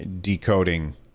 decoding